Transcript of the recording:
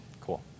Cool